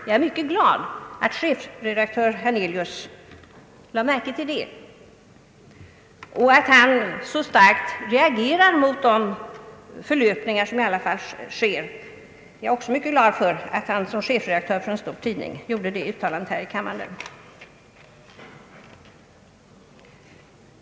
Jag är mycket glad över att chefredaktör Hernelius märkte det och att han så kraftigt reagerade mot de förlöpningar som i alla fall sker. Jag är också mycket glad över att han som chefredaktör för en stor tidning gjorde detta uttalande i kammaren.